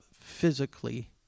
physically